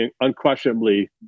unquestionably